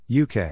UK